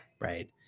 right